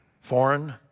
foreign